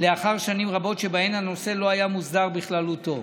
לאחר שנים רבות שבהן הנושא לא היה מוסדר בכללותו.